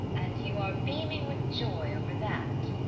and you are beaming with joy over that?